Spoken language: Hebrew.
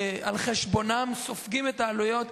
על חשבונם, וסופגים את העלויות.